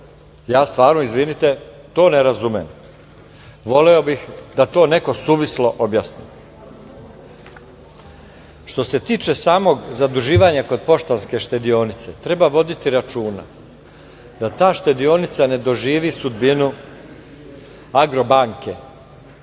kamatu? Izvinite, ali to ne razumem. Voleo bih da to neko suvislo objasni. Što se tiče samog zaduživanja kod „Poštanske štedionice“, treba voditi računa, da ta štedionica ne doživi sudbinu „Agro banke“